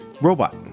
robot